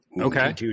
Okay